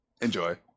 Enjoy